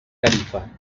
tarifa